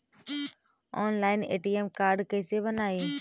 Online ATM card कैसे बनाई?